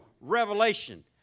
revelation